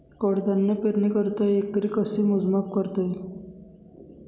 कडधान्य पेरणीकरिता एकरी कसे मोजमाप करता येईल?